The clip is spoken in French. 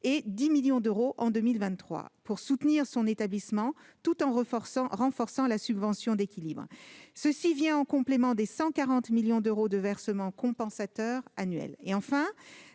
de 10 millions d'euros en 2023 pour soutenir l'établissement tout en renforçant la subvention d'équilibre. Cela vient en plus des 140 millions d'euros de versement compensateur annuel.